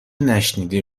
نشنیده